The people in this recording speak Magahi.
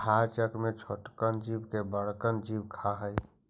आहार चक्र में छोटकन जीव के बड़कन जीव खा हई